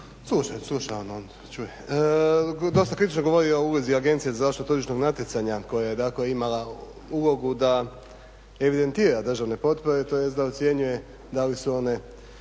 Sluša on, ima, čuje. Dosta kritično govori ovo u vezi Agencije za zaštitu tržišnog natjecanja koja je dakle imala ulogu da evidentira državne potpore, tj da ocjenjuje da li su one